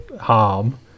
harm